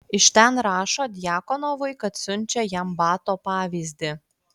iš ten rašo djakonovui kad siunčia jam bato pavyzdį